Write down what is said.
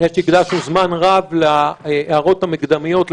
אחרי שהקדשנו זמן רב להערות המקדמיות,